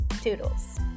Toodles